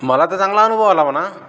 मला तर चांगला अनुभव आला म्हणा